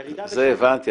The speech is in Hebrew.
הירידה --- זה הבנתי,